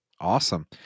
Awesome